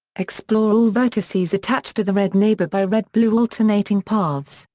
explore all vertices attached to the red neighbor by red-blue alternating paths,